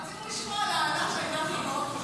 רצינו לשמוע על האלה שהייתה לך באוטו.